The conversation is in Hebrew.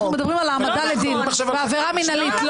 אנחנו מדברים על העמדה לדין בעבירה מנהלית,